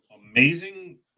amazing